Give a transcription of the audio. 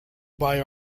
buy